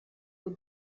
were